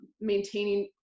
maintaining